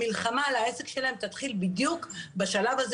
המלחמה על העסק שלהם תתחיל בדיוק בשלב הזה